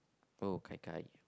oh Kai-Kai